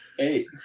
Eight